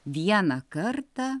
vieną kartą